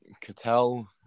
Cattell